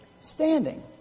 standing